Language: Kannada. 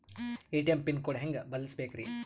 ಎ.ಟಿ.ಎಂ ಪಿನ್ ಕೋಡ್ ಹೆಂಗ್ ಬದಲ್ಸ್ಬೇಕ್ರಿ?